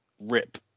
Rip